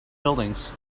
buildings